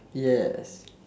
yes